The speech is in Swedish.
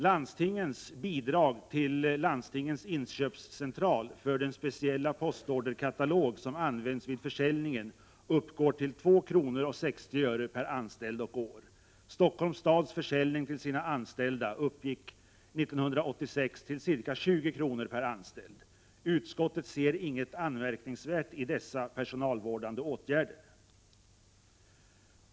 Landstingens bidrag till Landstingens Inköpscentral för den speciella postorderkatalog som används vid försäljningen uppgår till 2:60 per anställd och år. Stockholms stads försäljning till sina anställda uppgick 1986 till ca 20 kr. per anställd. Utskottet ser inget anmärkningsvärt i dessa personalvårdande åtgärder.